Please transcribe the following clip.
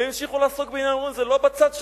הם המשיכו לעסוק בענייניהם, אמרו: זה לא בצד שלנו,